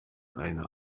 eine